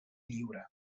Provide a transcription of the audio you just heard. lliure